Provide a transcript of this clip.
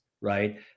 right